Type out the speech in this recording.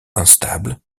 instables